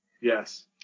yes